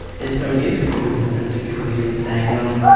and so it is common for them to come in and say well,